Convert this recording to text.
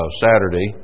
Saturday